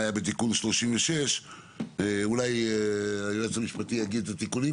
היה בתיקון 36. אולי היועץ המשפטי יגיד את התיקונים,